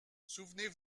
souvenez